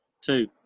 Two